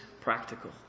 practical